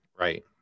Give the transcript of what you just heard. right